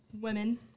women